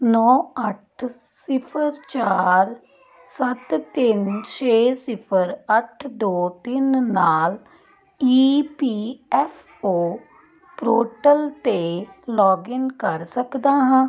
ਨੌਂ ਅੱਠ ਸਿਫ਼ਰ ਚਾਰ ਸੱਤ ਤਿੰਨ ਛੇ ਸਿਫ਼ਰ ਅੱਠ ਦੋ ਤਿੰਨ ਨਾਲ E P F O portal 'ਤੇ ਲੋਗਿਨ ਕਰ ਸਕਦਾ ਹਾਂ